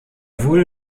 wurde